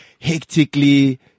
hectically